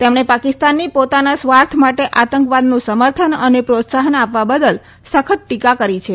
તેમણે પાકિસ્તાનની પોતાના સ્વાર્થ માટે આતંકવાદનું સમર્થન અને પ્રોત્સાહન આપવા બદલ સખત ટીકા કરી છે